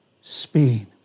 speed